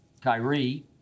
Kyrie